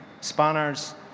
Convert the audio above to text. Spanners